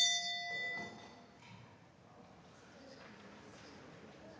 Tak